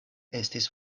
estis